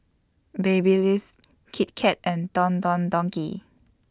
Babyliss Kit Kat and Don Don Donki